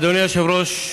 אדוני היושב-ראש,